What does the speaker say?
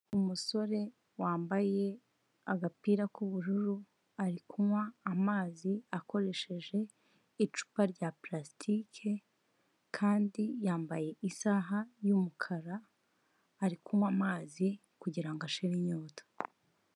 umusore wambaye agapira k'ubururu ari kunywa amazi akoresheje icupa rya parasitike, kandi yambaye isaha y'umukara, ari kunywa amazi kugirango ashire inyota.